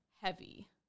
heavy